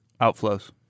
outflows